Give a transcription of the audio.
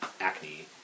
acne